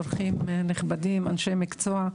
אורחים נכבדים ואנשי מקצוע.